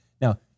Now